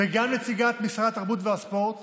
וגם נציגת משרד התרבות והספורט